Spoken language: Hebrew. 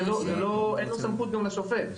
אין סמכות גם לשופט,